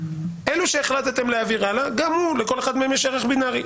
אלה שהחלטתם להעביר הלאה גם לכל אחד מהם יש ערך בינארי.